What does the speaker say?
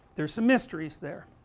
there's some mysteries there